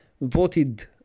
Voted